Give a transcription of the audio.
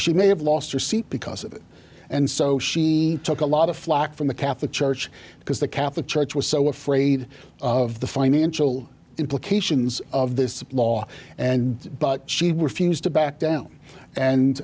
she may have lost her seat because of it and so she took a lot of flak from the catholic church because the catholic church was so afraid of the financial implications of this law and but she refused to back down